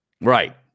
right